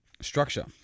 structure